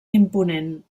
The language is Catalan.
imponent